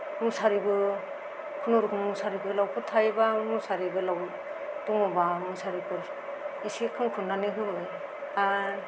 मुसारिबो खुनुरखम मुसारि गोलावफोर थायोब्ला मुसारि गोलाव दङब्ला मुसारिखौ एसे खनख्रबनानै होबाय आरो